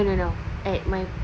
no no no at my